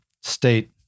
state